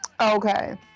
Okay